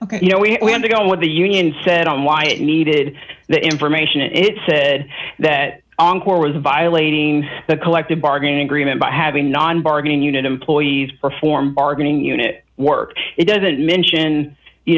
said you know we had to go with the union said on why it needed the information and it said that encore was violating the collective bargaining agreement by having non bargaining unit employees perform bargaining unit work it doesn't mention you